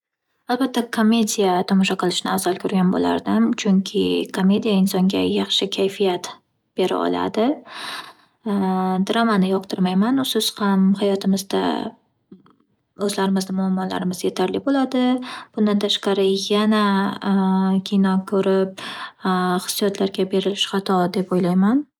Albatta, komediya tomosha qilishni afzal ko'rgan bo'lardim. Chunki komediya insonga yaxshi kayfiyat bera oladi. Dramani yoqtirmayman. Usiz ham hayotimizda o'zlarimizni muammolarimiz yetarli bo'ladi. Bundan tashqari yana kino ko'rib hissiyotlarga berilish xato deb o'ylayman.